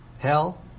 hell